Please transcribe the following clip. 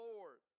Lord